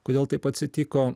kodėl taip atsitiko